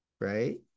right